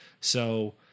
So-